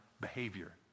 behavior